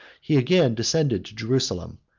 he again descended to jerusalem,